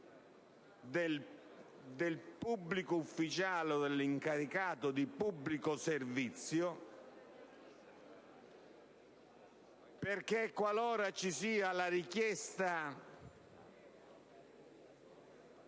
al pubblico ufficiale o all'incaricato di pubblico servizio. Qualora ci sia la richiesta